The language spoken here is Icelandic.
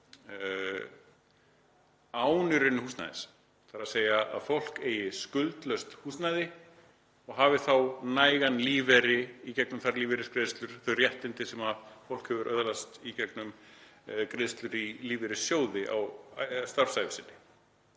án húsnæðis, þ.e. að fólk eigi skuldlaust húsnæði og hafi þá nægan lífeyri í gegnum þær lífeyrisgreiðslur, þau réttindi sem fólk hefur öðlast í gegnum greiðslur í lífeyrissjóði á starfsævi sinni.